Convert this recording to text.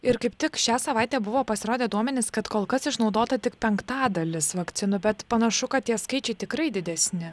ir kaip tik šią savaitę buvo pasirodę duomenys kad kol kas išnaudota tik penktadalis vakcinų bet panašu kad tie skaičiai tikrai didesni